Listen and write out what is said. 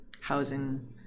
housing